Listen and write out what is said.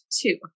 two